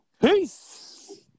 Peace